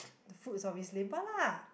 the foods of his labour lah